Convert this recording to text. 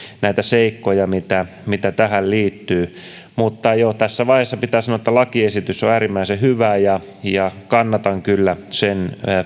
näitä seikkoja mitä mitä tähän liittyy mutta jo tässä vaiheessa pitää sanoa että lakiesitys on äärimmäisen hyvä ja kannatan kyllä sen